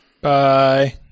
Bye